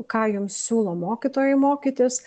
ką jums siūlo mokytojai mokytis